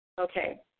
Okay